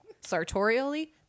sartorially